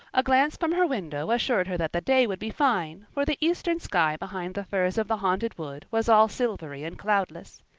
a glance from her window assured her that the day would be fine, for the eastern sky behind the firs of the haunted wood was all silvery and cloudless.